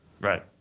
Right